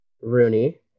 Rooney